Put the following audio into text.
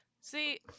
see